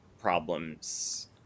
problems